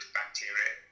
bacteria